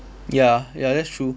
ya ya that's true